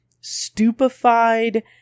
stupefied